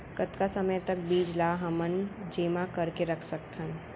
कतका समय तक बीज ला हमन जेमा करके रख सकथन?